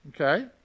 Okay